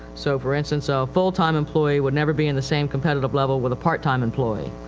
so for instance so a full-time employee would never be in the same competitive level with a part-time employee.